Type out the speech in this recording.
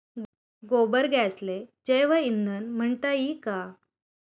गोबर गॅसले जैवईंधन म्हनता ई का?